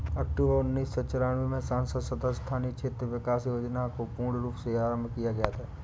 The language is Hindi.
अक्टूबर उन्नीस सौ चौरानवे में संसद सदस्य स्थानीय क्षेत्र विकास योजना को पूर्ण रूप से आरम्भ किया गया था